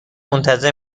منتظر